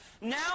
Now